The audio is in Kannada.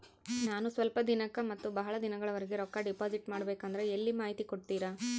ನಾನು ಸ್ವಲ್ಪ ದಿನಕ್ಕ ಮತ್ತ ಬಹಳ ದಿನಗಳವರೆಗೆ ರೊಕ್ಕ ಡಿಪಾಸಿಟ್ ಮಾಡಬೇಕಂದ್ರ ಎಲ್ಲಿ ಮಾಹಿತಿ ಕೊಡ್ತೇರಾ?